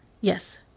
yes